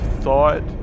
thought